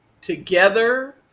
together